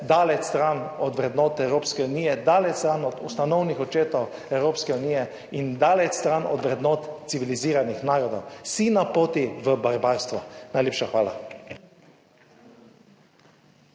(nadaljevanje) vrednot Evropske unije, daleč stran od ustanovnih očetov Evropske unije in daleč stran od vrednot civiliziranih narodov, si na poti v barbarstvo. Najlepša hvala.